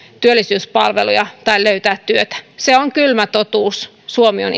työllisyyspalveluja tai löytää työtä se on kylmä totuus suomi on